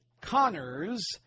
Connors